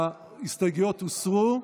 ההסתייגויות הוסרו,